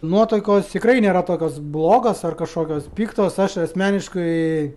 nuotaikos tikrai nėra tokios blogos ar kažkokios piktos aš asmeniškai